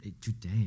today